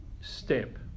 step